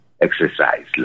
exercise